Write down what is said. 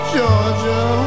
Georgia